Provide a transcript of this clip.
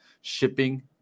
shipping